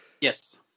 yes